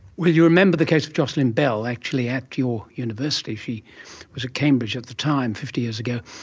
well, you remember the case of jocelyn bell actually at your university, she was at cambridge at the time, fifty years ago,